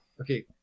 okay